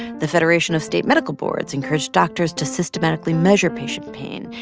the federation of state medical boards encouraged doctors to systematically measure patient pain.